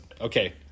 Okay